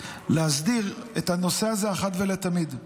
להסדיר את הנושא הזה אחת ולתמיד.